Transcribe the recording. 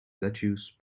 lettuce